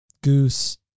goose